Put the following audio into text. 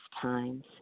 times